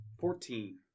Fourteen